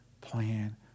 plan